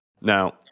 Now